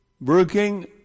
working